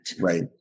Right